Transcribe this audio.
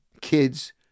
kids